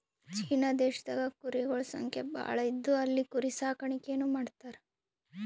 China ದೇಶದಾಗ್ ಕುರಿಗೊಳ್ ಸಂಖ್ಯಾ ಭಾಳ್ ಇದ್ದು ಅಲ್ಲಿ ಕುರಿ ಸಾಕಾಣಿಕೆನೂ ಮಾಡ್ತರ್